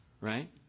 Right